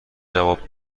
جواب